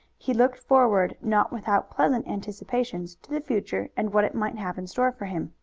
he looked forward not without pleasant anticipations to the future and what it might have in store for him.